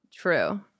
True